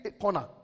corner